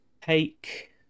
Take